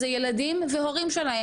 זה ילדים והורים שלהם.